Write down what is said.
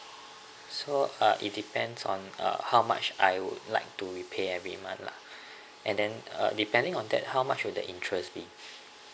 so uh it depends on uh how much I would like to repay every month lah and then uh depending on that how much will the interest be